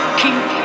keep